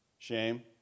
Shame